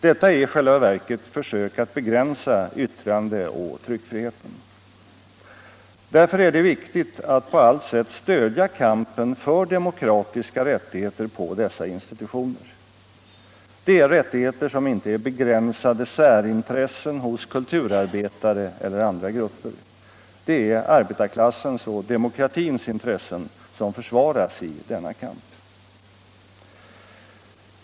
Detta är i själva verket försök att:begränsa yvttrande och Kulturpolitiken Kulturpolitiken tryckfriheten. Därför är det viktigt att på allt sätt stödja kampen för demokratiska rättigheter på dessa institutioner. Det är rättigheter som inte är begränsade särintressen hos kulturarbetare och andra grupper. Det är arbetarklassens och demokratins intressen som försvaras i denna kamp.